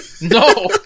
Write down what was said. No